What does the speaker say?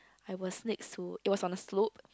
I was next to it was on a slope